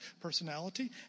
personality